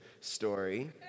story